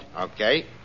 Okay